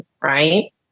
right